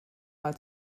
mal